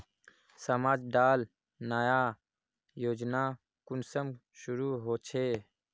समाज डात नया योजना कुंसम शुरू होछै?